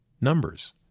numbers